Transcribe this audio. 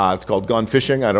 um it's called gone fishing,